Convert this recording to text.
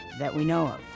that we know of.